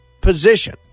position